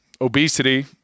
obesity